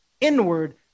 inward